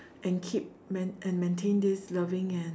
and keep main~ and maintain this loving and